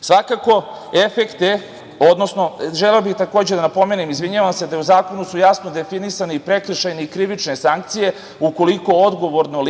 nacionalne manjine. Želeo bih, takođe, da napomenem da su u zakonu jasno definisane prekršajne i krivične sankcije ukoliko odgovorno